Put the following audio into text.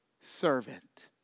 Servant